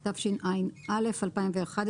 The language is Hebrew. התשע"א-2011,